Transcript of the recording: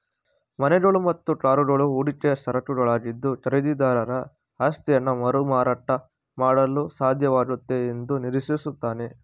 ಮನೆಗಳು ಮತ್ತು ಕಾರುಗಳು ಹೂಡಿಕೆ ಸರಕುಗಳಾಗಿದ್ದು ಖರೀದಿದಾರ ಆಸ್ತಿಯನ್ನಮರುಮಾರಾಟ ಮಾಡಲುಸಾಧ್ಯವಾಗುತ್ತೆ ಎಂದುನಿರೀಕ್ಷಿಸುತ್ತಾನೆ